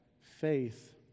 faith